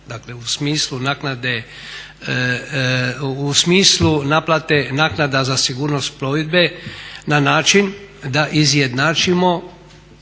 u smislu naplate naknada za sigurnost plovidbe na način da izjednačimo